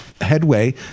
headway